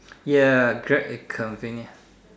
ya Grab is convenient